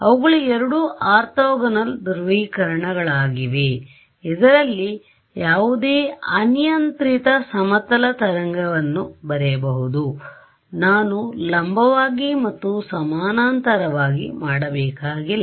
ಅವುಗಳು ಎರಡು ಆರ್ಥೋಗೋನಲ್ ಧ್ರುವೀಕರಣಗಳಾಗಿವೆ ಇದರಲ್ಲಿ ಯಾವುದೇ ಅನಿಯಂತ್ರಿತ ಸಮತಲ ತರಂಗವನ್ನು ಬರೆಯಬಹುದು ನಾನು ಲಂಬವಾಗಿ ಮತ್ತು ಸಮಾನಾಂತರವಾಗಿ ಮಾಡಬೇಕಾಗಿಲ್ಲ